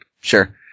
Sure